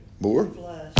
More